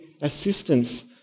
assistance